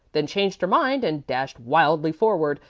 then changed her mind and dashed wildly forward,